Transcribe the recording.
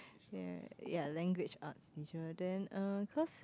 ya ya language arts then uh cause